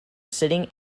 sitting